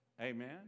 Amen